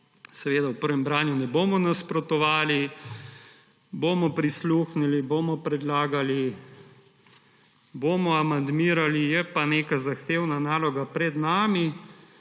seveda v prvem branju ne bomo nasprotovali, bomo prisluhnili, bomo predlagali, bomo amandmirali, je pa neka zahtevna naloga pred nami.